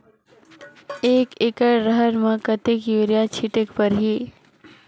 एक एकड रहर म कतेक युरिया छीटेक परही?